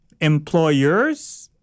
employers